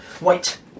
Wait